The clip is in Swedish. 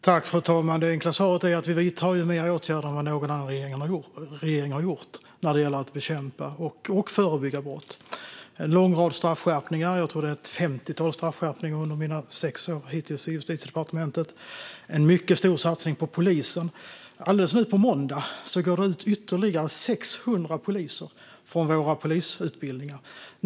Fru talman! Det enkla svaret är att vi vidtar fler åtgärder än vad någon annan regering har gjort vad gäller att bekämpa och förebygga brott. Under mina hittills sex år i Justitiedepartementet har vi gjort en lång rad straffskärpningar; jag tror det handlar om ett femtiotal. Vi har gjort en mycket stor satsning på polisen. På måndag går 600 poliser ut från polisutbildningarna.